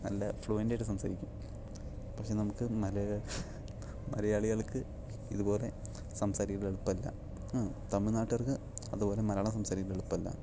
നല്ല ഫ്ലുവെൻറ് ആയിട്ട് സംസാരിക്കും പക്ഷെ നമുക്ക് മലയാളികൾക്ക് ഇതുപോലെ സംസാരിക്കണത് എളുപ്പമല്ല തമിഴ് നാട്ടുകാർക്ക് അതുപോലെ മലയാളം സംസാരിക്കണത് എളുപ്പമല്ല